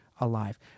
Alive